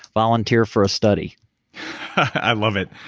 volunteer for a study i love it.